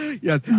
Yes